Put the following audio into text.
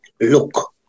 look